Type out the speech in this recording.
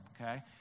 okay